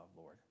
Lord